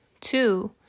Two